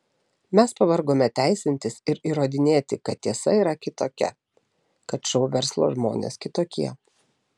mes pavargome teisintis ir įrodinėti kad tiesa yra kitokia kad šou verslo žmonės kitokie